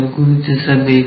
ಗುರುತಿಸಬೇಕು